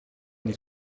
niet